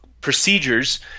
procedures